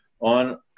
on